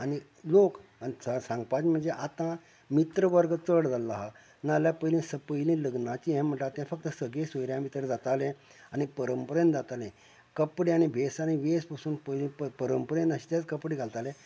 आनी लोक आनी सा सांगपाचे म्हणजे आता मित्र वर्ग चड जाल्लो आहा नाजाल्यार पयलीं पयलीं लग्नाचे हे म्हणटा तें सगे सोयऱ्यां भितर जाताले आनी परंपरेन जाताले कपडे आनी भेस आनी वेस पसून पयली परंपरेन आसा तेच कपडे घालताले